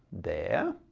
there.